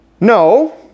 No